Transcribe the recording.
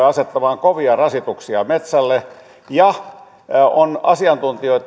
asettamaan kovia rasituksia metsälle ja on asiantuntijoitten